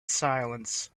silence